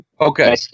Okay